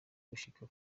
gushika